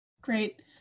Great